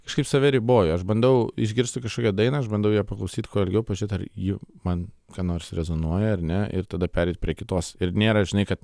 kažkaip save riboju aš bandau išgirsti kažkokią dainą aš bandau ją paklausyt kuo ilgiau pažiūrėt ar ji man ką nors rezonuoja ar ne ir tada pereit prie kitos ir nėra žinai kad